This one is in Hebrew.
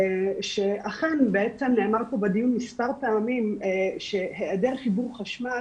שאכן בעצם נאמר פה בדיון מספר פעמים שהעדר חיבור חשמל